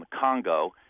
Congo